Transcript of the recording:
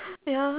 ya